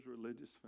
religious